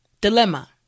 Dilemma